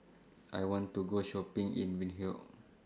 I want to Go Shopping in Windhoek